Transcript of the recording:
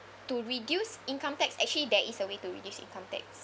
to reduce income tax actually there is a way to reduce income tax